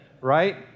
right